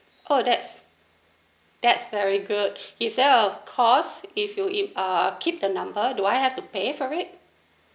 oh that's that's very good is there a cost if you im~ uh keep the number do I have to pay for it